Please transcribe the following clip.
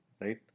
right